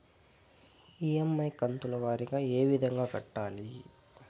EMI కంతుల వారీగా ఏ విధంగా కట్టాలి